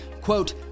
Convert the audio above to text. quote